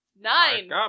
Nine